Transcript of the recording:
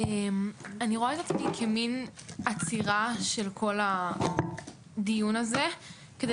אני רואה את עצמי כמן עצירה של כל הדיון הזה כדי